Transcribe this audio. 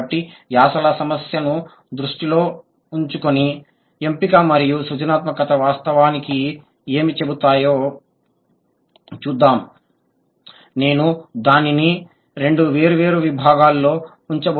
కాబట్టి యాసల సమస్యను దృష్టిలో ఉంచుకుని ఎంపిక మరియు సృజనాత్మకత వాస్తవానికి ఏమి చెబుతాయో చూద్దాం నేను దానిని రెండు వేర్వేరు విభాగాల్లో ఉంచబోతున్నాను